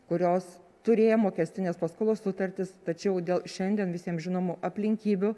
kurios turėjo mokestinės paskolos sutartis tačiau dėl šiandien visiems žinomų aplinkybių